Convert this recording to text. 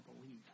believe